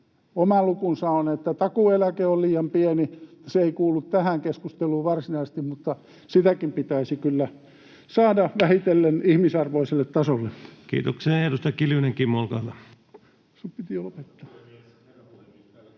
Oma lukunsa on, että takuueläke on liian pieni. Se ei kuulu tähän keskusteluun varsinaisesti, mutta sekin pitäisi kyllä saada vähitellen ihmisarvoiselle tasolle. [Speech 328] Speaker: